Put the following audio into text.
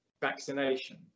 vaccination